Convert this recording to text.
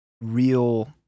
real